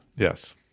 Yes